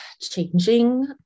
changing